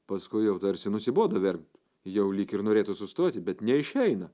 paskui jau tarsi nusibodo verkt jau lyg ir norėtų sustoti bet neišeina